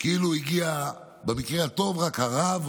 כאילו הגיע במקרה הטוב הרב,